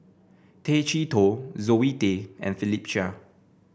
Tay Chee Toh Zoe Tay and Philip Chia